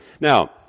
Now